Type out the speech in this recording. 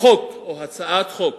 הצעת חוק